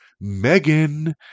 Megan